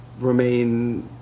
remain